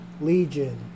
Legion